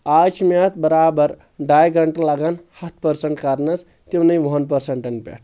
آز چھِ مےٚ اتھ برابر ڈاے گنٛٹہٕ لگان ہتھ پٔرسنٹ کرنس تِمنٕے وُہن پٔرسٹن پٮ۪ٹھ